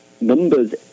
numbers